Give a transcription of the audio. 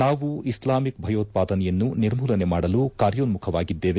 ನಾವು ಇಸ್ಲಾಮಿಕ್ ಭಯೋತ್ಪಾದನೆಯನ್ನು ನಿರ್ಮೂಲನೆ ಮಾಡಲು ಕಾರ್ಯೋನ್ಮುಖವಾಗಿದ್ದೇವೆ